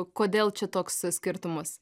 kodėl čia toks skirtumas